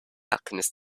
alchemist